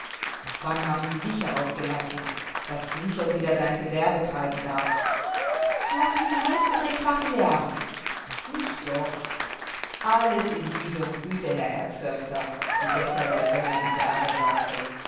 wann haben sie dich herausgelassen daß du schon wieder dein gewerbe treiben darfst lassen sie los oder ich mache lärm nicht doch alles in liebe und güte herr erbförster wie gestern der sänger im theater sagte